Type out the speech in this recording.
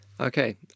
Okay